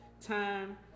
Time